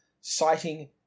citing